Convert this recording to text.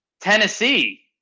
Tennessee